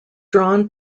drawn